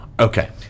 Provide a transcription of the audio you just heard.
Okay